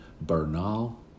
Bernal